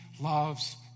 loves